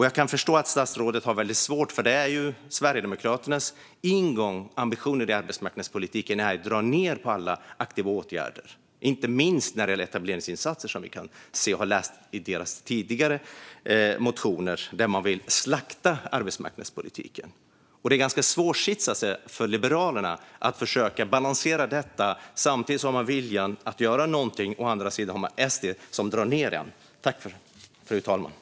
Jag kan förstå att statsrådet har det väldigt svårt, för Sverigedemokraternas ingång och ambition i arbetsmarknadspolitiken är ju att dra ned på alla aktiva åtgärder, inte minst när det gäller etableringsinsatser. Det har vi kunnat läsa i deras tidigare motioner, där man vill slakta arbetsmarknadspolitiken. Det är en ganska svår sits för Liberalerna att försöka balansera detta. Samtidigt som man har viljan att göra någonting har man å andra sidan Sverigedemokraterna som drar ned.